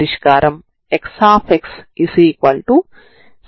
ఇది కూడా మిమ్మల్ని దానికి అనుగుణంగా వచ్చే కొత్త చర రాశులకు తీసుకెళ్తుంది